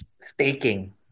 Staking